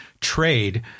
trade